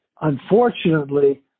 unfortunately